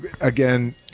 again